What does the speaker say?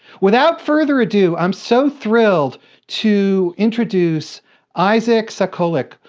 without further ado, i'm so thrilled to introduce isaac sacolick,